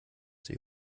sich